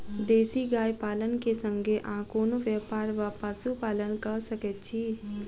देसी गाय पालन केँ संगे आ कोनों व्यापार वा पशुपालन कऽ सकैत छी?